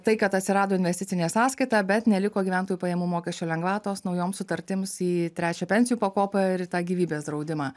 tai kad atsirado investicinė sąskaita bet neliko gyventojų pajamų mokesčio lengvatos naujom sutartims į trečią pensijų pakopą ir į tą gyvybės draudimą